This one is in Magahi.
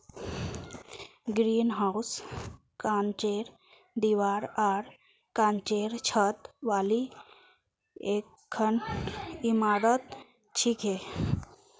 ग्रीनहाउस कांचेर दीवार आर कांचेर छत वाली एकखन इमारत छिके